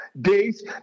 days